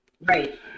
Right